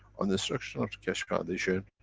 under instruction of the keshe foundation,